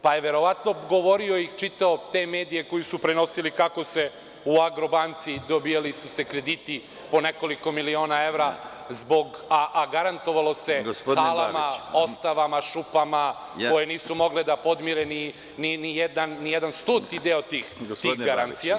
Pa, je verovatno govorio i čitao te medije koji su prenosili kako su se u „Agrobanci“ dobijali krediti po nekoliko miliona evra, a garantovalo se halama, ostavama, šupama, koje nisu mogle da podmire nijedan stoti deo tih garancija.